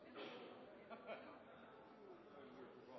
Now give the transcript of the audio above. har vi her på